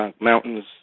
Mountains